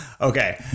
Okay